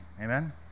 Amen